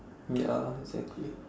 ya exactly